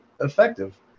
effective